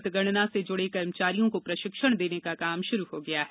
मतगणना से जुड़े कर्मचारियों को प्रशिक्षण देने का काम शुरू हो गया है